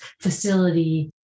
facility